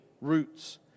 roots